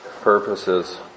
purposes